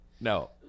No